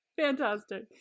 Fantastic